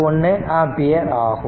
241 ampere ஆகும்